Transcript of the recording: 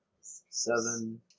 Seven